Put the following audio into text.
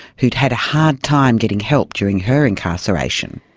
who'd had a hard time getting help during her incarceration.